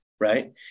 right